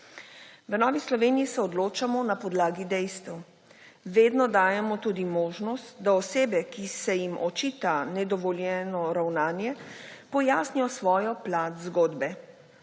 V Novi Sloveniji se odločamo na podlagi dejstev. Vedno dajemo tudi možnost, da osebe, ki se jim očita nedovoljeno ravnanje, pojasnijo svoj plat zgodbe.